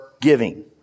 giving